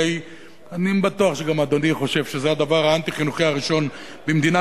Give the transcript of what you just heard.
הרי אני בטוח שגם אדוני חושב שזה הדבר האנטי-חינוכי הראשון במדינה